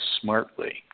smartly